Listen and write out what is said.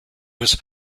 was